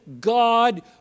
God